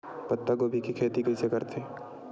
पत्तागोभी के खेती कइसे करथे?